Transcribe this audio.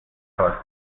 خواست